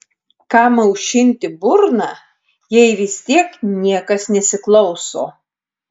kam aušinti burną jei vis tiek niekas nesiklauso